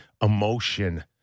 emotion